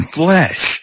flesh